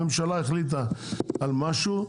הממשלה החליטה על משהו,